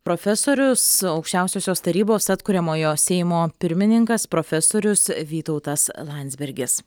profesorius aukščiausiosios tarybos atkuriamojo seimo pirmininkas profesorius vytautas landsbergis